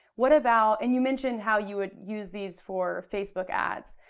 what about, and you mentioned how you would use these for facebook ads.